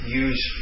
use